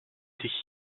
sich